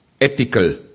ethical